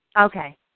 Okay